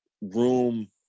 room